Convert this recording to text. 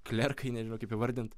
klerkai nežinau kaip įvardint